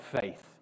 faith